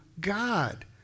God